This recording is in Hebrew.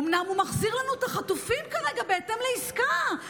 אומנם הוא מחזיר לנו את החטופים כרגע בהתאם לעסקה,